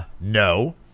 no